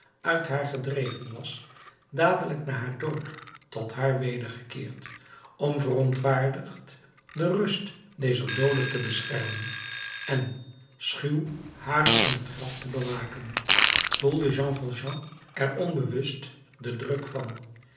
uit haar gedreven was dadelijk na haar dood tot haar wedergekeerd om verontwaardigd de rust dezer doode te beschermen en schuw haar in t graf te bewaken voelde jean valjean er onbewust den druk van